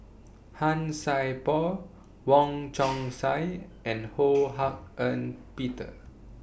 Han Sai Por Wong Chong Sai and Ho Hak Ean Peter